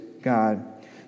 God